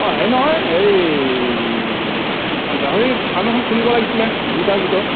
অঁ হেৰি নহয় এই গাহৰি ফাৰ্ম এখন খুলিব লাগিছিলে দুইটাৰ ভিতৰত